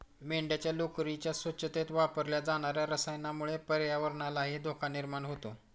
मेंढ्यांच्या लोकरीच्या स्वच्छतेत वापरल्या जाणार्या रसायनामुळे पर्यावरणालाही धोका निर्माण होतो